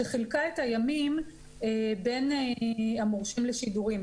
שחילקה את הימים בין המורשים לשידורים.